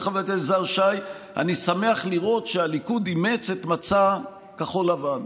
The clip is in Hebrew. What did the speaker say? אומר חבר הכנסת יזהר שי: אני שמח לראות שהליכוד אימץ את מצע כחול לבן.